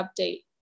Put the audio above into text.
update